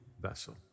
vessel